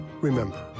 Remember